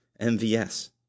mvs